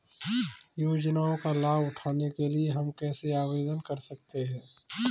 योजनाओं का लाभ उठाने के लिए हम कैसे आवेदन कर सकते हैं?